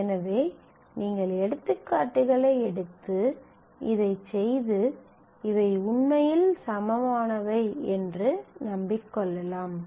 எனவே நீங்கள் எடுத்துக்காட்டுகளை எடுத்து இதைச் செய்து இவை உண்மையில் சமமானவை என்று நம்பிக் கொள்ளலாம்